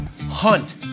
Hunt